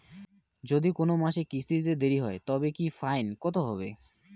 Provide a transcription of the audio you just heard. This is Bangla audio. যদি কোন মাসে কিস্তি দিতে দেরি হয় তবে কি ফাইন কতহবে?